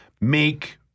make